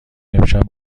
امشب